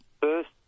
first